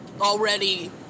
already